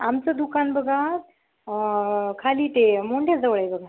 आमचं दुकान बघा खाली ते मोंड्याजवळ आहे बघा